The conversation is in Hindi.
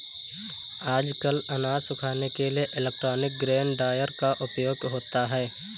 आजकल अनाज सुखाने के लिए इलेक्ट्रॉनिक ग्रेन ड्रॉयर का उपयोग होता है